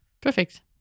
Perfect